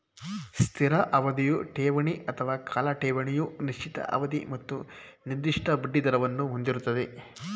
ಸ್ಥಿರ ಅವಧಿಯ ಠೇವಣಿ ಅಥವಾ ಕಾಲ ಠೇವಣಿಯು ನಿಶ್ಚಿತ ಅವಧಿ ಮತ್ತು ನಿರ್ದಿಷ್ಟ ಬಡ್ಡಿದರವನ್ನು ಹೊಂದಿರುತ್ತೆ